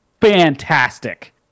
fantastic